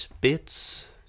bits